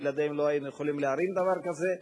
בלעדיהם לא היינו יכולים להרים דבר כזה,